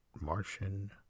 Martian